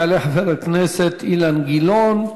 יעלה חבר הכנסת אילן גילאון,